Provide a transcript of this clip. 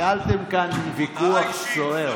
ניהלתם כאן ויכוח סוער.